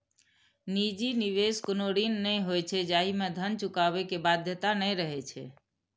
निजी निवेश कोनो ऋण नहि होइ छै, जाहि मे धन चुकाबै के बाध्यता नै रहै छै